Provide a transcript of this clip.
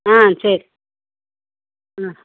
ஆ சரி ம்